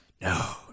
No